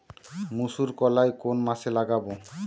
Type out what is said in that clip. মুসুরকলাই কোন মাসে লাগাব?